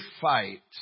fight